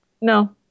No